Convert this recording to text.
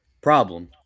problem